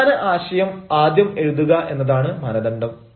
പ്രധാന ആശയം ആദ്യം എഴുതുക എന്നതാണ് മാനദണ്ഡം